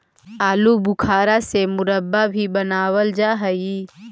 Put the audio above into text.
आलू बुखारा से मुरब्बा भी बनाबल जा हई